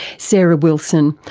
sarah wilson,